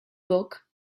book